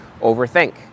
overthink